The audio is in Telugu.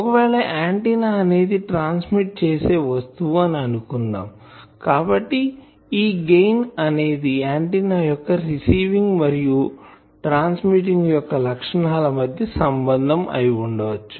ఒకవేళ ఆంటిన్నా అనేది ట్రాన్స్మీట్ చేసే వస్తువు అని అనుకుందాంకాబట్టి ఈ గెయిన్ అనేది ఆంటిన్నా యొక్క రిసీవింగ్ మరియు ట్రాన్స్మిటింగ్ యొక్క లక్షణాల మధ్య సంభందం అయి ఉండచ్చు